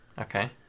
okay